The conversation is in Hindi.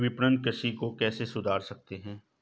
विपणन कृषि को कैसे सुधार सकते हैं?